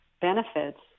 benefits